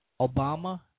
Obama